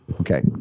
Okay